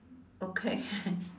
okay